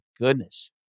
goodness